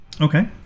Okay